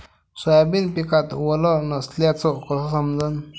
Soybean पिकात वल नसल्याचं कस समजन?